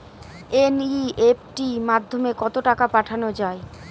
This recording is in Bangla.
এন.ই.এফ.টি মাধ্যমে কত টাকা পাঠানো যায়?